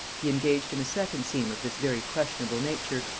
he engaged in a second scheme of this very questionable nature,